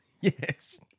Yes